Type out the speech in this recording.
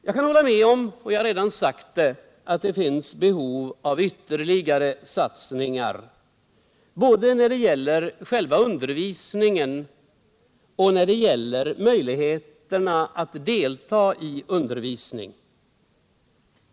Jag kan hålla med om — och Nr 45 jag har redan sagt det —- att det finns behov av ytterligare satsningar Fredagen den både när det gäller själva undervisningen och när det gäller möjligheterna 9 december 1977 att delta i undervisningen.